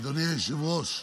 אדוני היושב-ראש,